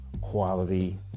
quality